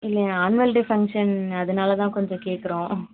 இல்லை என் annual day function அதனால் தான் கொஞ்ச கேட்குறோம்